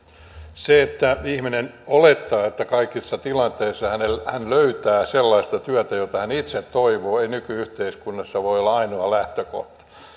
se että ihminen olettaa että kaikissa tilanteissa hän löytää sellaista työtä jota hän itse toivoo ei nyky yhteiskunnassa voi olla ainoa lähtökohta